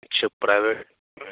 अच्छा प्राइवेट में